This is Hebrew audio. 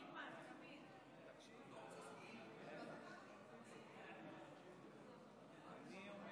43. אני קובע